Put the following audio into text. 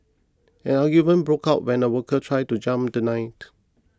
an argument broke out when a worker tried to jump the light